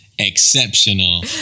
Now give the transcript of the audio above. exceptional